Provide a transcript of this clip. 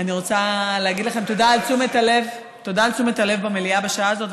אני רוצה להגיד לכם תודה על תשומת הלב במליאה בשעה הזאת,